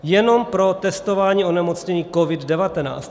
Jenom pro testování onemocnění COVID19.